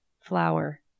Flower